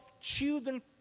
children